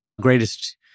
greatest